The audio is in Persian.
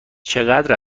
چقدر